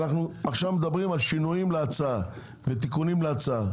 אנחנו עכשיו מדברים על שינויים ותיקונים להצעה.